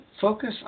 Focus